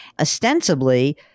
Ostensibly